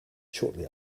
shortly